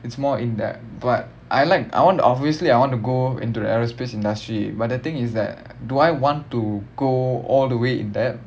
it's more in that but I like I want obviously I want to go into the aerospace industry but the thing is that do I want to go all the way in that